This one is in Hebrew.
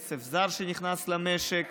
כסף זר שנכנס למשק.